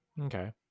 Okay